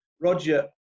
Roger